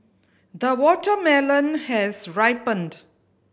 the watermelon has ripened